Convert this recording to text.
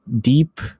deep